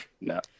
No